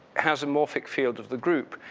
has a morphic field of the group.